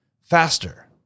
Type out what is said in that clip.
Faster